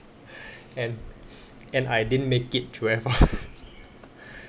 and and I didn't make it through air force